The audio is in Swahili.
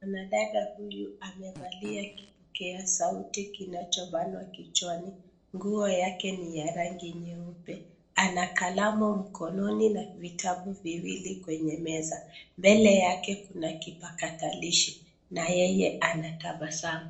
Mwanadada huyu amevalia kipokea sauti kinachobana kichwani. Nguo yake ni ya rangi nyeupe. Ana kalamu mkononi na vitabu viwili kwenye meza. Mbele yake kuna kipakatalishi na yeye anatabasamu.